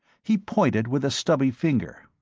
he pointed, with a stubby finger.